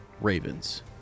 Ravens